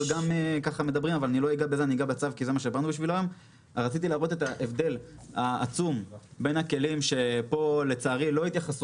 רציתי להראות את ההבדל העצום בין הכלים שפה לצערי לא התייחסו